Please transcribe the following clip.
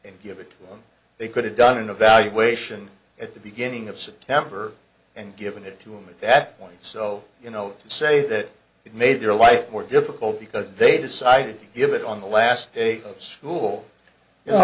and give it they could have done an evaluation at the beginning of september and given it to him and that point so you know to say that it made their life more difficult because they decided to give it on the last day of school